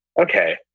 okay